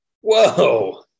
Whoa